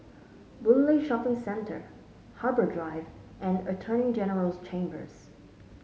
Boon Lay Shopping Centre Harbour Drive and Attorney General's Chambers